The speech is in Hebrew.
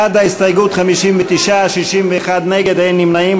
בעד ההסתייגות, 59, 61 נגד, אין נמנעים.